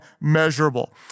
measurable